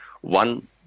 one